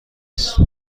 است